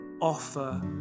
offer